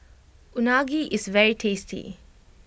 Unagi is very tasty